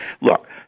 Look